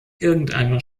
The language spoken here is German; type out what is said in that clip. irgendeiner